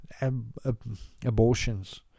abortions